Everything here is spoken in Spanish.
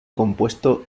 compuesto